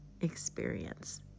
experience